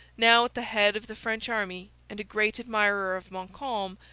now at the head of the french army, and a great admirer of montcalm,